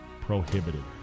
prohibited